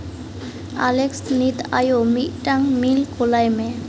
ᱟᱞᱮᱠᱥᱟ ᱱᱤᱛ ᱟᱭᱳ ᱢᱤᱫᱴᱟᱝ ᱤᱼᱢᱮᱞ ᱠᱩᱞᱟᱭ ᱢᱮ